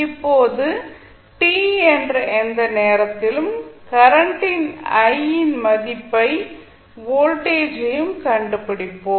இப்போது t என்ற எந்த நேரத்திலும் கரண்டின் i இன் மதிப்பையும் வோல்டேஜையும் கண்டுபிடிக்க முயற்சிப்போம்